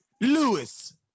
Lewis